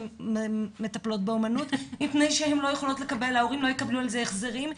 שמטפלות באומנות מפני שההורים לא יקבלו על זה החזרים,